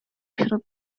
wśród